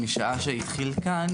משעה שהתחיל כאן,